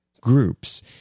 groups